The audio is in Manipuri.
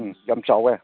ꯎꯝ ꯌꯥꯝ ꯆꯥꯎꯋꯦ